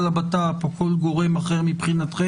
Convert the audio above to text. המשרד לביטחון פנים או כל גורם אחר מבחינתכם,